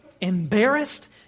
embarrassed